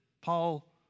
Paul